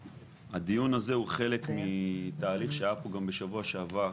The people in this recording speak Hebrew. הדיון הזה הוא חלק מתהליך שהיה פה גם בשבוע שעבר,